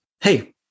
hey